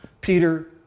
Peter